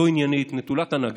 לא עניינית, נטולת הנהגה.